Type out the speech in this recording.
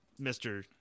Mr